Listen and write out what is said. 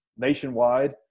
nationwide